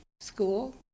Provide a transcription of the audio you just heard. school